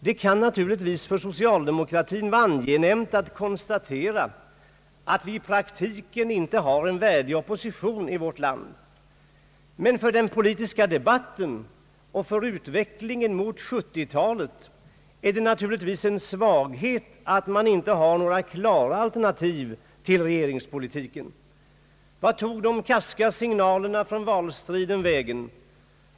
Det kan givetvis för socialdemokratin vara angenämt att konstatera att vi i praktiken inte har en värdig opposition i vårt land. Men för den politiska debatten och för utvecklingen mot 1970-talet är det naturligtvis en svaghet att man inte har några klara alternativ till regeringspolitiken, Vart tog de karska signalerna från valstriden vägen?